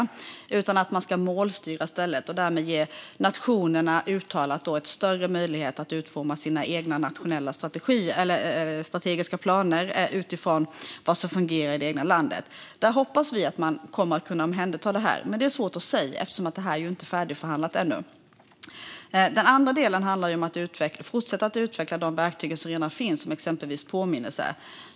I stället ska det ske målstyrning, och därmed ges nationerna en uttalad större möjlighet att utforma sina egna nationella strategiska planer. Vi hoppas att dessa frågor kommer att omhändertas, men det är svårt att säga eftersom frågorna inte är färdigförhandlade än. Den andra saken handlar om att fortsätta att utveckla de verktyg som redan finns, exempelvis påminnelser.